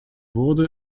wurde